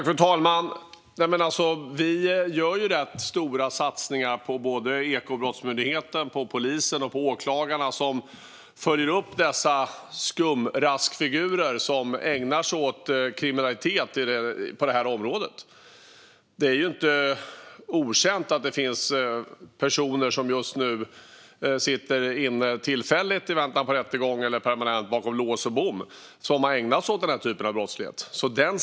Fru talman! Vi gör rätt stora satsningar på både Ekobrottsmyndigheten, polisen och åklagarna, som följer upp dessa skumraskfigurer som ägnar sig åt kriminalitet på området. Det är inte okänt att det finns personer som just nu tillfälligt sitter inne i väntan på rättegång eller för att permanent hamna bakom lås och bom som har ägnat sig åt den typen av brottslighet.